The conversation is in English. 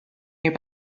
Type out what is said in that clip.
your